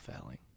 failing